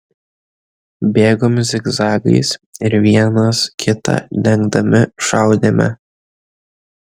bėgom zigzagais ir vienas kitą dengdami šaudėme